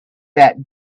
that